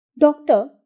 Doctor